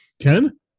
Ken